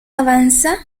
avanza